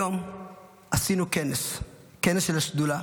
היום עשינו כנס של השדולה,